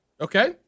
Okay